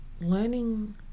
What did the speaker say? learning